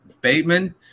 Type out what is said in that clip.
Bateman